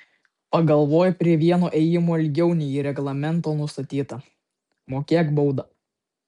pagalvojai prie vieno ėjimo ilgiau nei reglamento nustatyta mokėk baudą